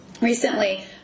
Recently